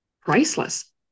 priceless